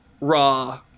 raw